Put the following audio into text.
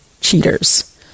Cheaters